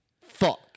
Fuck